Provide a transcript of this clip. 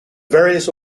various